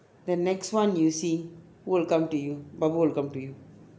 the next one you see who will come to you babu will come to you